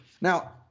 Now